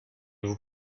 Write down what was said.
vous